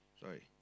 sorry